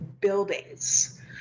buildings